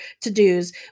to-dos